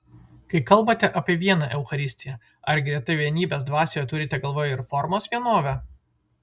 kai kalbate apie vieną eucharistiją ar greta vienybės dvasioje turite galvoje ir formos vienovę